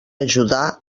ajudar